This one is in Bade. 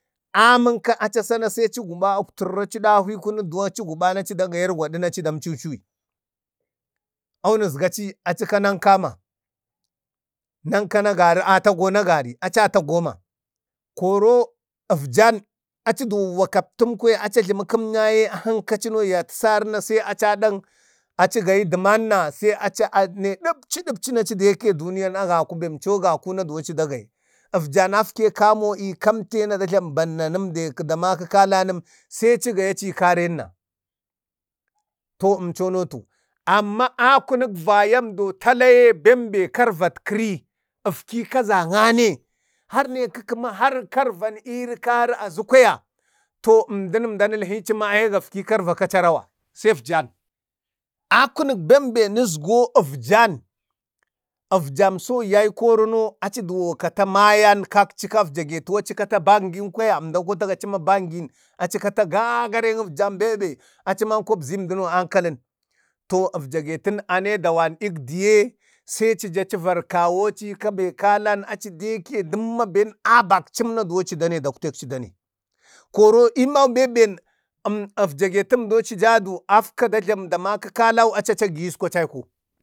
əmənka acasa na sai aci guɓa uktəriri aci dahwi kunuk duwa na aci vəm irgwadna aci dam ciciyi. Awun nəsgaci, aci nanka ma. Ankal na gari, atagən agari, acaa atagoma koro efjan, aci duwo wakaptəm kwaya achi ajlaməkəm yaye, acino ya təsarina sai aca aɗan, sai aci gayi deman sai aci ane ii ɗapci ɗapcina aci deke duniya na gaku bemco gaku na aci da gayi, efjan afke kamo ikamtena da jlamo bannan na deki da maka kala nəm sai aci gayi aci ika renna. To əmchono atu, amma a kunuk vayamdo talaye bembe karvatkari akfi kazamme har naiku kama karvan iri kari azu kwaya to əmdan əmdən ilhici ma ayi gari gafki kurva ka aca rawa, sai efjan. Akunək bemben nusgo efjana, afjamso yai korino aci duwo kata mayan kakci, kafjagatu, aci kata bangin kwaya-əmdan kotagaci ma bangin aci kata gagaren afjan, acimanko abzi anduno ankalən. To efjagetan ane dawan igdiye sai aci ju acivarkawo, aci ika be kala koro bengaɗe abakcimna duwon acidane. Koro iman bembe efjagetam duno aci jedu da jlami da mako kalau aci agiyi esku aci aiko.